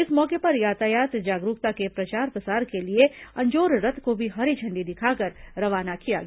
इस मौके पर यातायात जागरूकता के प्रचार प्रसार के लिए अंजोर रथ को भी हरी झण्डी दिखाकर रवाना किया गया